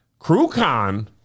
CrewCon